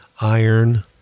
iron